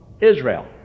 Israel